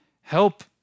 help